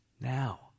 now